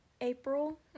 April